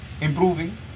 Improving